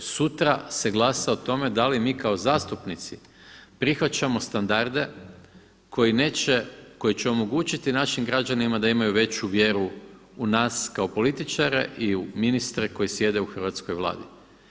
Sutra se glasa o tome da li mi kao zastupnici prihvaćamo standarde koji neće, koji će omogućiti našim građanima da imaju veću vjeru u nas kao političare i u ministre koji sjede u hrvatskoj Vladi.